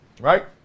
right